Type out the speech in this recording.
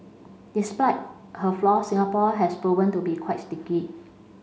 despite her flaw Singapore has proven to be quite sticky